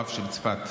הרב של צפת.